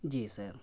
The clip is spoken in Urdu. جی سر